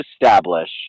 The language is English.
establish